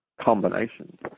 combinations